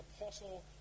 Apostle